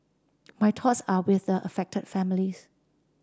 my thoughts are with the affected families